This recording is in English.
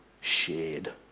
shared